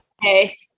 hey